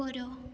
ଉପର